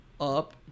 up